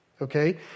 okay